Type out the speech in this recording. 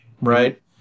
right